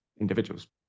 individuals